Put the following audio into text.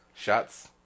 Shots